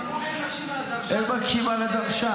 אבל אמרו: אין מקשין על הדרשן --- אין מקשין על הדרשן.